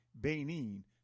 Benin